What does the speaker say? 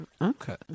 Okay